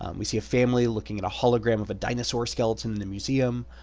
um we see a family looking at a hologram of a dinosaur skeleton in the museum.